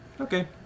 Okay